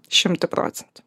šimtu procentų